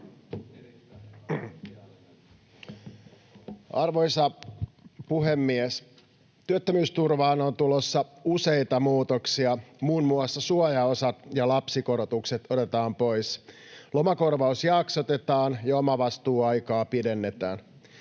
Arvoisa puhemies! Työttömyysturvaan on tulossa useita muutoksia. Muun muassa suojaosat ja lapsikorotukset otetaan pois. Lomakorvaus jaksotetaan, ja omavastuuaikaa pidennetään.